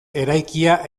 eraikia